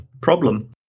problem